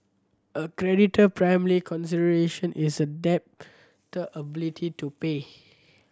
a creditor primary consideration is a debtor ability to pay